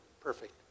Perfect